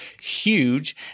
huge